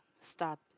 start